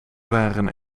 waren